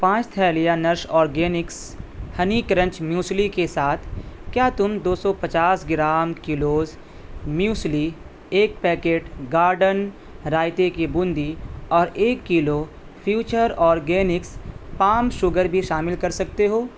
پانچ تھیلیاں Nourish Organics honey crunch muesli کے ساتھ کیا تم دو سو پچاس گرام کیلوز میوسلی ایک پیکٹ گارڈن رائتے کی بوندی اور ایک kilo Future Organics palm sugar بھی شامل کر سکتے ہو